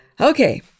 Okay